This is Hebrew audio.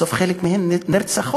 בסוף חלק מהן נרצחות.